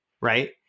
right